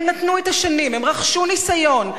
הם נתנו את השנים, הם רכשו ניסיון.